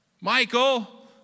Michael